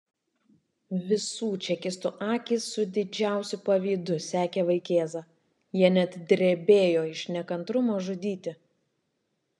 visų čekistų akys su didžiausiu pavydu sekė vaikėzą jie net drebėjo iš nekantrumo žudyti